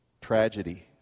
tragedy